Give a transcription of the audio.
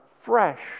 Fresh